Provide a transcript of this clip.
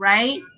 Right